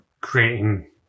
creating